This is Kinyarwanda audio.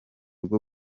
bwo